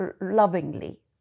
lovingly